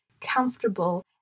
comfortable